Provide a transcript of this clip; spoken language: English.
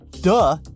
duh